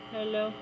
Hello